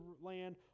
land